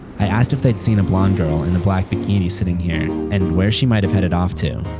i asked if they'd seen a blond girl in a black bikini sitting here, and where she might have headed off to.